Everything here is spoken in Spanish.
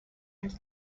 del